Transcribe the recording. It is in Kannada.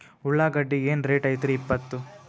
ಉಳ್ಳಾಗಡ್ಡಿ ಏನ್ ರೇಟ್ ಐತ್ರೇ ಇಪ್ಪತ್ತು?